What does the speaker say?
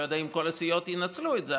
לא יודע אם כל הסיעות ינצלו את זה,